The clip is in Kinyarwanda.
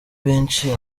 benshi